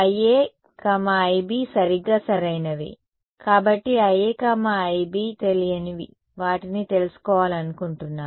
రెండు IA IB సరిగ్గా సరైనవి కాబట్టి IA IB తెలియనివి వాటిని తెలుసుకోవాలనుకుంటున్నాను